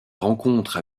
rencontre